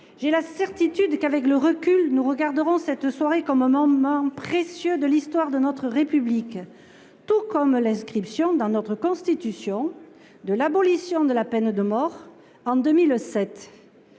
J’ai la certitude qu’avec le recul nous regarderons cette soirée comme un moment précieux de l’histoire de notre République, tout comme l’inscription dans notre Constitution de l’abolition de la peine de mort en 2007.